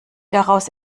daraus